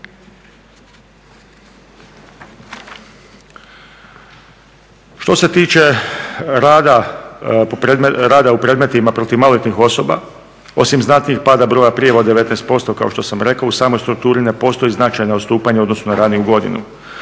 Što se tiče rada u predmetima protiv maloljetnih osoba, osim znatnijeg pada broja prijava 19% kao što sam rekao, u samoj strukturi ne postoji značajno odstupanje u odnosu na raniju godinu.